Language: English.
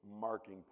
marking